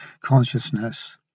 consciousness